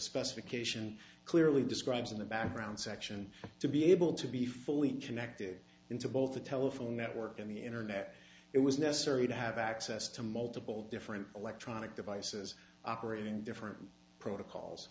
specification clearly described in the background section to be able to be fully connected into both the telephone network and the internet it was necessary to have access to multiple different electronic devices operating different protocols